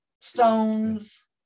stones